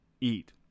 eat